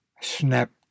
Snapped